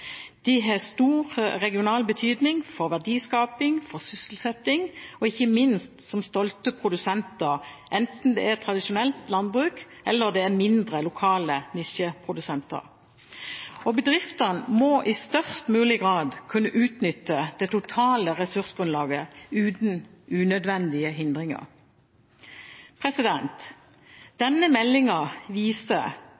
De har stor regional betydning for verdiskaping og sysselsetting og ikke minst som stolte produsenter, enten det er tradisjonelt landbruk eller mindre lokale nisjeprodusenter. Bedriftene må i størst mulig grad kunne utnytte det totale ressursgrunnlaget uten unødvendige